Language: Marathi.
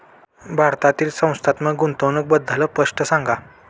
भारतातील संस्थात्मक गुंतवणूक बद्दल स्पष्ट सांगा